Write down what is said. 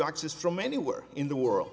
access from anywhere in the world